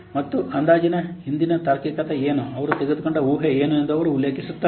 ತಮ್ಮ ಅಂದಾಜಿನ ಹಿಂದಿನ ತಾರ್ಕಿಕತೆ ಏನು ಅವರು ತೆಗೆದುಕೊಂಡ ಊಹೆ ಏನು ಎಂದು ಅವರು ಉಲ್ಲೇಖಿಸುತ್ತಾರೆ